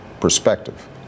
perspective